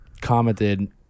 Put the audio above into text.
commented